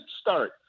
start